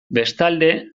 bestalde